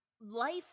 life